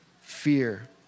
fear